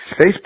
Facebook